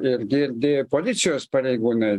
ir girdi policijos pareigūnai